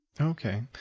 Okay